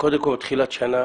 שקודם כל בתחילת שנה